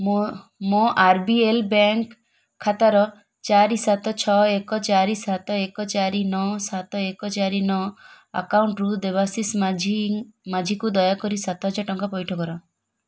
ମୋ ମୋ R B L bank ଖାତାର ଚାରି ସାତ ଛଅ ଏକ ଚାରି ସାତ ଏକ ଚାରି ନଅ ସାତ ଏକ ଚାରି ନଅ ଆକାଉଣ୍ଟରୁ ଦେବାଶିଷ ମାଝୀ ମାଝୀକୁ ଦୟାକରି ସାତହଜାରେ ଟଙ୍କା ପଇଠ କର